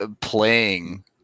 playing